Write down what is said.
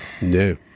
No